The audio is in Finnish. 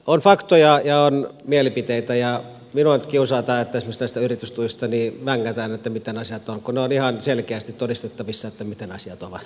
on faktoja ja on mielipiteitä ja minua nyt kiusaa tämä että esimerkiksi näistä yritystuista vängätään että miten asiat ovat kun on ihan selkeästi todistettavissa miten asiat ovat